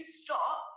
stop